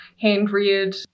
hand-reared